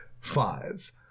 five